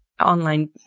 online